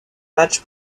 matchs